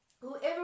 whoever